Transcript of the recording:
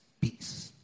peace